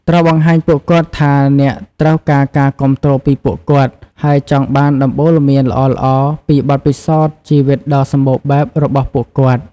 ត្រូវបង្ហាញពួកគាត់ថាអ្នកត្រូវការការគាំទ្រពីពួកគាត់ ហើយចង់បានដំបូន្មានល្អៗពីបទពិសោធន៍ជីវិតដ៏សម្បូរបែបរបស់ពួកគាត់។